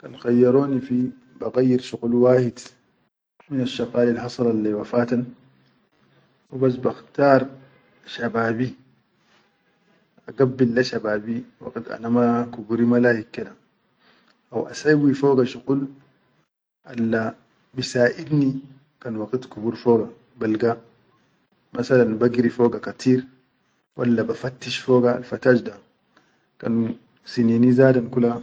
Kan khayyaroni fi ba gayyit shuquli wahid, minal shaqalil hasala leyi wa fatan hubas bakhtar shababi a gabbil le shababi waqit ana ma kubur ma layik ke da haw assayi foga shuqul al bisaʼidni kan waqit kubar foga balga masalan ba giri foga katir walla ba fattish foga al fattash da, kan sinini zadan kula.